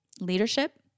leadership